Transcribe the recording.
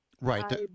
Right